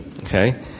okay